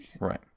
right